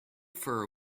for